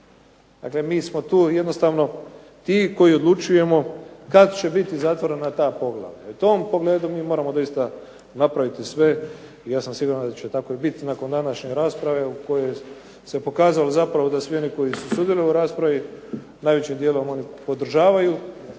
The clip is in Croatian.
Dakle, mi smo tu jednostavno ti koji odlučujemo kad će biti zatvorena ta poglavlja. U tom pogledu mi moramo doista napraviti sve i ja sam siguran da će tako i biti nakon današnje rasprave u kojoj se pokazalo zapravo da svi oni koji su sudjelovali u raspravi najvećim dijelom oni podržavaju